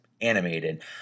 animated